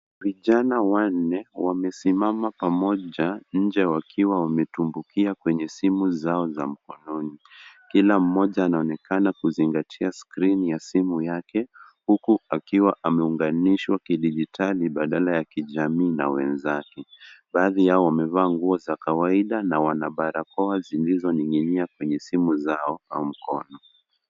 Vijana wanne wamesimama pamoja nje wakiwa wametumbukia kwenye simu zao za mkononi. Kila mmoja anaonekana kuzingatia skrini ya simu yake huku akiwa ameunganishwa kidijitali badala ya kijamii na wenzake. Baadhi yao wamevaa nguo za kawaida na wana barakoa zilizoning'inia kwenye simu zao au mkono.